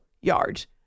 yards